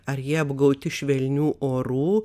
ar jie apgauti švelnių orų